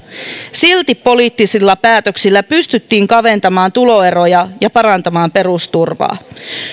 silti poliittisilla päätöksillä pystyttiin kaventamaan tuloeroja ja parantamaan perusturvaa